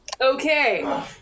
Okay